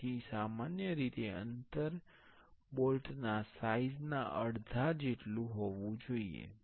તેથી સામાન્ય રીતે અંતર બોલ્ટના સાઈઝ ના અડધા જેટલું હશે